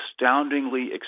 astoundingly